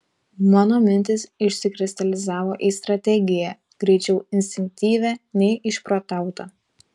mano mintys išsikristalizavo į strategiją greičiau instinktyvią nei išprotautą